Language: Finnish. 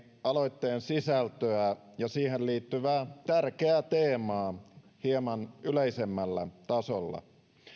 aloitteen sisältöä ja siihen liittyvää tärkeää teemaa hieman yleisemmällä tasolla